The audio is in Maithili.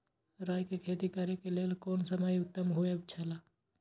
राय के खेती करे के लेल कोन समय उत्तम हुए छला?